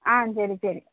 ஆ சரி சரி